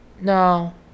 no